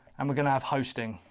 and we're going to have hosting.